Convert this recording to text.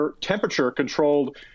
temperature-controlled